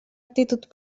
actitud